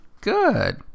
good